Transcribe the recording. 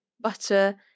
butter